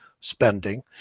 spending